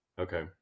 Okay